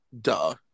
Duh